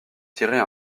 tirer